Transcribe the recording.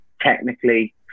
technically